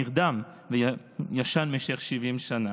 נרדם וישן במשך 70 שנה.